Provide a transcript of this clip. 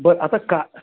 बरं आता का